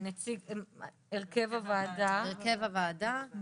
הרכב הוועדה.